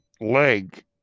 leg